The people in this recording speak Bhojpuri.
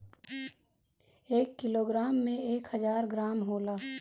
एक किलोग्राम में एक हजार ग्राम होला